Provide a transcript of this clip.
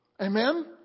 Amen